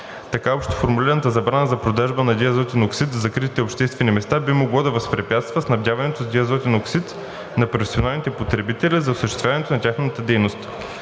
така общо формулираната забрана за продажба на диазотен оксид в закритите обществени места би могло да възпрепятства снабдяването с диазотен оксид на професионалните потребители за осъществяване на тяхната дейност.